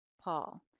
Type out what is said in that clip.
Paul